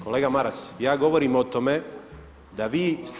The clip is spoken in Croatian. Kolega Maras ja govorim o tome da vi.